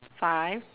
five